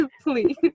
please